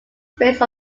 based